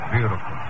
Beautiful